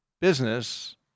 business